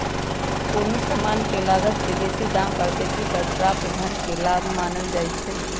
कोनो समान के लागत से बेशी दाम पर बेचे पर प्राप्त धन के लाभ मानल जाइ छइ